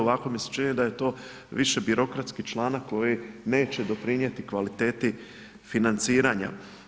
Ovako mi se čini da je to više birokratski članak koji neće doprinijeti kvaliteti financiranja.